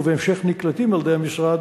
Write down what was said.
ובהמשך נקלטים על-ידי המשרד,